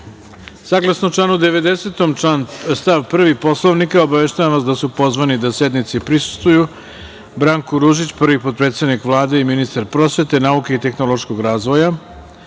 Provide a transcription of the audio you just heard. reda. Saglasno članu 90. stav 1. Poslovnika, obaveštavam vas da su pozvani da sednici prisustvuju: Branko Ružić, prvi potpredsednik Vlade i ministar prosvete, nauke i tehnološkog razvoja;